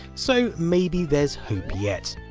so maybe there's hope yet.